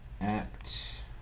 Act